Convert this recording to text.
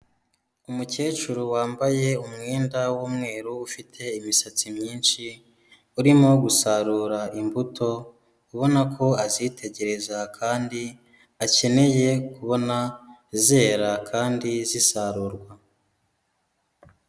Umukecuru wambaye umwenda w'umweru ufite imisatsi myinshi, urimo gusarura imbuto, ubona ko azitegereza kandi akeneye kubona zera kandi zisarurwa.